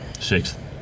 Sixth